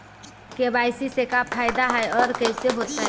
KYC से का फायदा है और कैसे होतै?